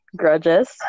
grudges